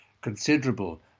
considerable